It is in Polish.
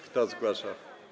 Kto zgłasza.